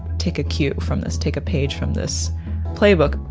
take a cue from this, take a page from this playbook.